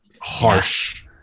harsh